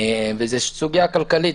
וזאת סוגיה כלכלית,